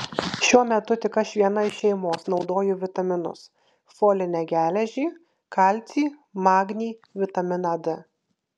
šiuo metu tik aš viena iš šeimos naudoju vitaminus folinę geležį kalcį magnį vitaminą d